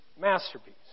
masterpiece